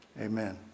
amen